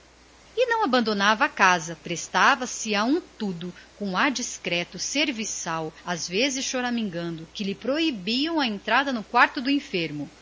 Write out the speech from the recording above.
e daí não abandonava a casa prestava se a um tudo serviçal discreto às vezes choramingando porque lhe vedavam a entrada no quarto do enfermo